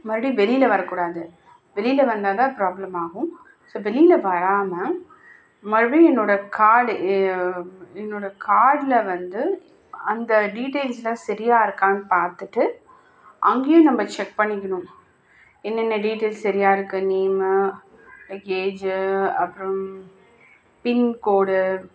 மறுடியும் வெளியில் வரக்கூடாது வெளியில் வந்தால்தான் ப்ராப்ளம் ஆகும் ஸோ வெளியில் வராமல் மறுபடியும் என்னோடய கார்டு என்னோடய கார்ட்டில் வந்து அந்த டீடெயில்ஸெல்லாம் சரியா இருக்கான்னு பார்த்துட்டு அங்கேயும் நம்ம செக் பண்ணிக்கணும் என்னென்ன டீடெயில்ஸ் சரியா இருக்குது நேம்மு ஏஜ்ஜி அப்புறம் பின்கோடு